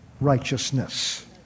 righteousness